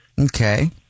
Okay